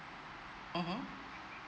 mmhmm